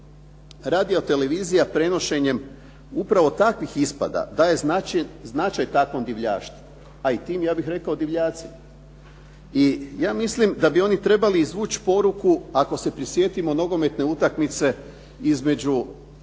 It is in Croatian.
radiotelevizija prenošenjem upravo takvih ispada daje značaj takvom divljaštvu, a i tim ja bih rekao divljacima i ja mislim da bi oni trebali izvući poruku. Ako se prisjetimo nogometne utakmice između